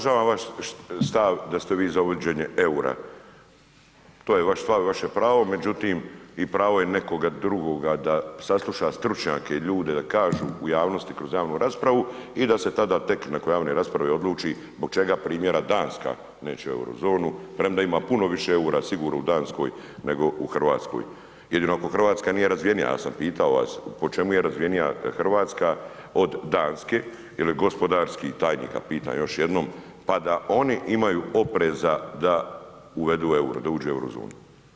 Uvažavam vas stav da ste vi za uvođenje eura, to je vaš stav, vaše pravo, međutim i pravo je nekoga drugoga da sasluša stručnjake i ljude da kažu u javnosti kroz javnu raspravu i da se tada tek nakon javne rasprave odluči zbog čega primjera Danska neće u Euro zonu premda ima puno više eura sigurno i Danskoj nego u Hrvatskoj jedino ako Hrvatska nije razvijenija, ja sam pitao vas, po čemu je razvijenija Hrvatska od Danske, je li gospodarski, tajnika pitam još jednom pa da oni imaju opreza da uvedu euro, da uđu u Euro zonu?